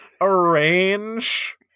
arrange